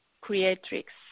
creatrix